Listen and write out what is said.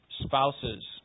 spouses